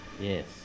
Yes